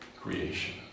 creation